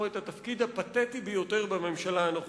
את התפקיד הפתטי ביותר בממשלה הנוכחית,